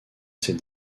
ses